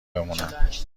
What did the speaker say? بمونم